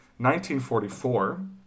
1944